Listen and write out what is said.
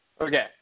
Okay